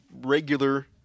regular